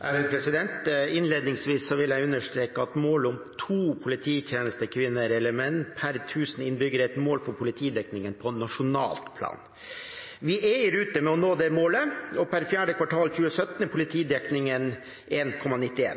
Innledningsvis vil jeg understreke at målet om to polititjenestekvinner eller -menn per 1 000 innbyggere er et mål for politidekningen på nasjonalt plan. Vi er i rute med å nå dette målet, og per fjerde kvartal 2017 er